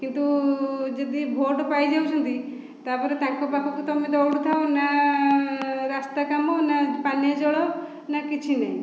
କିନ୍ତୁ ଯଦି ଭୋଟ ପାଇଯାଉଛନ୍ତି ତାପରେ ତାଙ୍କ ପାଖକୁ ତୁମେ ଦଉଡ଼ୁଥାଅ ନା ରାସ୍ତା କାମ ନା ପାନୀୟ ଜଳ ନା କିଛି ନାଇଁ